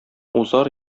узар